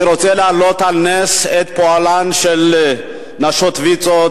אני רוצה להעלות על נס את פועלן של נשות ויצו,